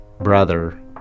brother